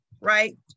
right